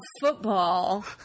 football